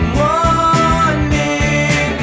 morning